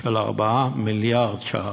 של 4 מיליארד ש"ח.